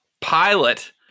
pilot